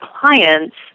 clients